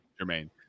Jermaine